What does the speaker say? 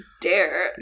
dare